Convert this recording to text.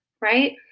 right